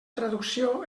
traducció